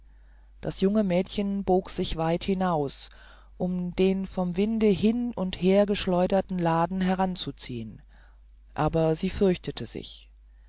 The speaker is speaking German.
das junge mädchen bog sich weit hinaus um den vom winde hin und her geschleuderten laden heranzuziehen aber sie fürchtete sich